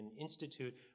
Institute